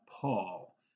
Paul